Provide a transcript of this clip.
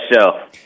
show